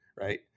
Right